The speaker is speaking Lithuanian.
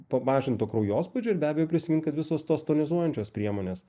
pamažinto kraujospūdžio ir be abejo prisimint kad visos tos tonizuojančios priemonės